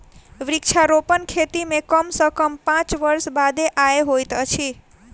वृक्षारोपण खेती मे कम सॅ कम पांच वर्ष बादे आय होइत अछि